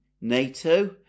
NATO